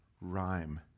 rhyme